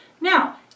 Now